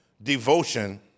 Devotion